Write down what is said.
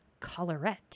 colorette